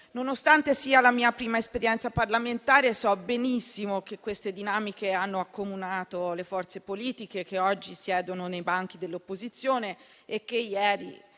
Nonostante sia la mia prima esperienza parlamentare, so benissimo che queste dinamiche hanno accomunato le forze politiche che oggi siedono ai banchi dell'opposizione e che ieri